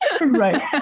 right